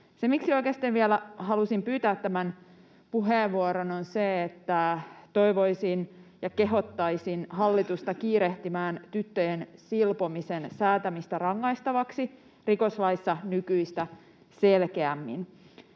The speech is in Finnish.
vielä halusin pyytää tämän puheenvuoron, on se, että toivoisin ja kehottaisin hallitusta kiirehtimään tyttöjen silpomisen säätämistä rangaistavaksi rikoslaissa nykyistä selkeämmin.